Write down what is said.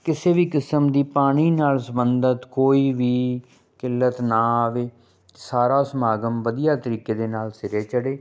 ਕਿਸੇ ਵੀ ਕਿਸਮ ਦੀ ਪਾਣੀ ਨਾਲ ਸਬੰਧਿਤ ਕੋਈ ਵੀ ਕਿੱਲਤ ਨਾ ਆਵੇ ਸਾਰਾ ਸਮਾਗਮ ਵਧੀਆ ਤਰੀਕੇ ਦੇ ਨਾਲ ਸਿਰੇ ਚੜ੍ਹੇ